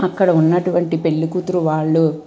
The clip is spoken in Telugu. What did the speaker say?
అక్కడ ఉన్నటువంటి పెళ్ళికూతురు వాళ్ళు